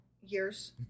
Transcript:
Years